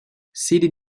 sid